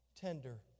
tender